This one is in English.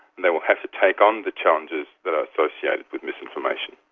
and they will have to take on the challenges that are associated with misinformation.